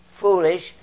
foolish